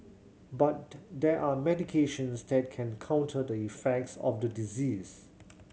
but there are medications that can counter the effects of the disease